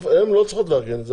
הן לא צריכות לארגן את זה.